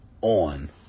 on